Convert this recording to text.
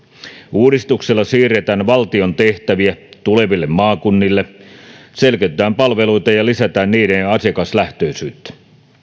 uudistuksella siirretään valtion tehtäviä tuleville maakunnille selkeytetään palveluita ja lisätään niiden asiakaslähtöisyyttä